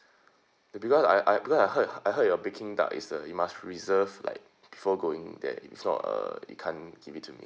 because I I because I heard I heard your peking duck is the we must reserve like before going there if not uh it can't give it to me